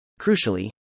Crucially